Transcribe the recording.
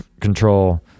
control